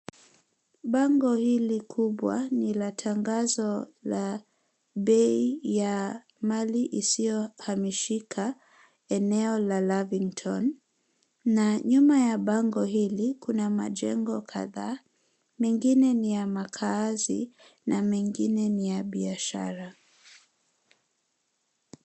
Bango hili kubwa ni la tangazo la bei ya mali isiyohamishika eneo la Lavington na nyuma ya bango hili kuna majengo kadhaa mengine ni ya makaazi na mengine ni ya biashara.